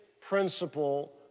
principle